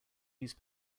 use